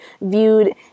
viewed